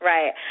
Right